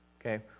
Okay